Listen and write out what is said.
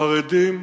החרדים,